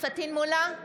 פטין מולא,